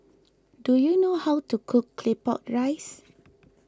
do you know how to cook Claypot Rice